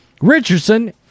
Richardson